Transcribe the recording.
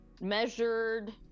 measured